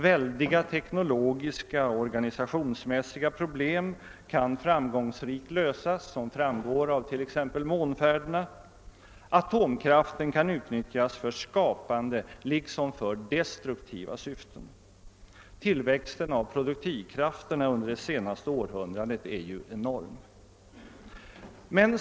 Väldiga teknologiska och organisationsmässiga problem kan framgångsrikt lösas, vilket framgår av t.ex. månfärderna. Atomkraften kan utnyttjas för skapande liksom för destruktiva syften. Tillväxten av produktivkrafterna under det senaste århundradet är enorm.